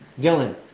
Dylan